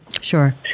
Sure